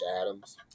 Adams